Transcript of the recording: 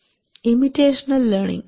imitational learning